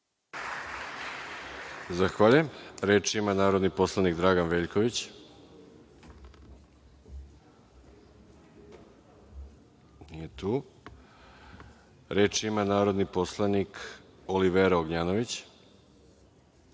Zahvaljujem. Reč ima narodni poslanik Dragan Veljković. Nije tu. Reč ima narodni poslanik Oliver Ognjanović.